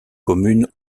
commune